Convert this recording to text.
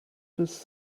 does